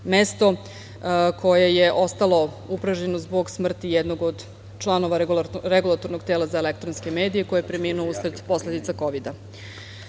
mesto koje je ostalo upražnjeno zbog smrti jednog od članova Regulatornog tela za elektronske medije, koji je preminuo usled posledica